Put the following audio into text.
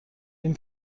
این